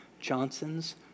Johnson's